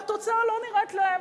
והתוצאה לא נראית להם.